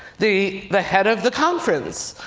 the the head of the conference.